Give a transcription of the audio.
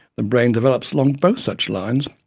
the brain develops along both such lines,